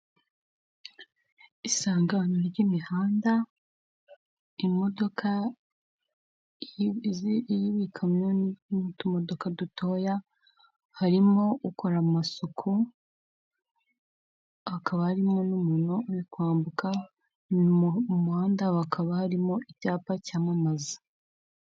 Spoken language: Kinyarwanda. Isangano ry'imihanda imodoka iy'ibikamyo n'utumodoka dutoya, harimo ukora amasuku hakaba harimo n'umuntu uri kwambuka mu muhanda bakaba harimo icyapa cyamamaza.